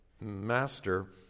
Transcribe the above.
Master